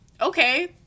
okay